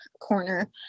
corner